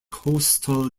coastal